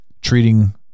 Treating